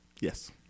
yes